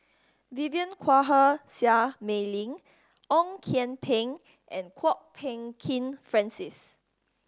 Vivien Quahe Seah Mei Lin Ong Kian Peng and Kwok Peng Kin Francis